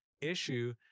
issue